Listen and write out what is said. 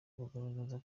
bugaragaza